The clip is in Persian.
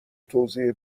توضیح